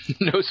No